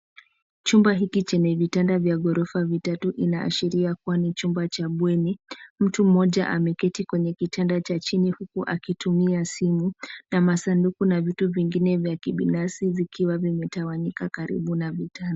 Chumba hiki chenye vitanda vya ghorofa vitatu inaashiria kuwa ni chumba cha bweni. Mtu mmoja ameketi kwenye kitanda cha chini huku akitumia simu na masanduku na vitu vingine vya kibinafsi vikiwa vimetawanyika karibu na vitanda.